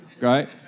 right